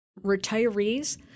retirees